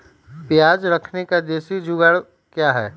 प्याज रखने का देसी जुगाड़ क्या है?